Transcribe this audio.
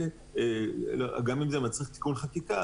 גם אם זה מצריך תיקון חקיקה,